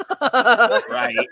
Right